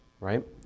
right